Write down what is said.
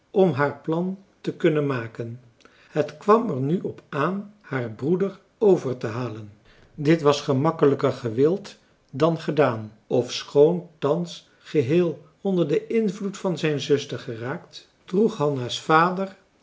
om haar plan te kunnen maken het kwam er nu op aan haar broeder overtehalen dit was gemakkelijker gewild dan gedaan ofschoon thans geheel onder den invloed van zijn zuster geraakt